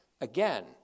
Again